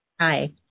Hi